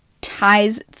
ties